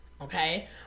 Okay